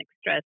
stress